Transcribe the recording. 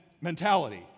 mentality